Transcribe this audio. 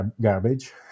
garbage